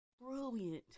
brilliant